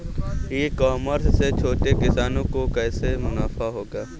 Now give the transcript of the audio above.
E commerce से छोटे किसानों को कैसे मुनाफा होगा?